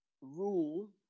rule